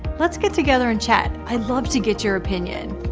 let's get together and chat, i'd love to get your opinion.